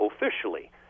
officially